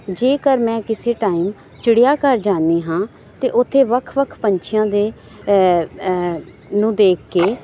ਜੇਕਰ ਮੈਂ ਕਿਸੇ ਟਾਈਮ ਚਿੜੀਆ ਘਰ ਜਾਦੀ ਹਾਂ ਅਤੇ ਉੱਥੇ ਵੱਖ ਵੱਖ ਪੰਛੀਆਂ ਦੇ ਨੂੰ ਦੇਖ ਕੇ